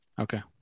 Okay